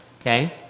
Okay